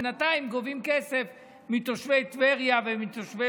ובינתיים גובים כסף מתושבי טבריה ומתושבי